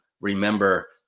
remember